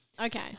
Okay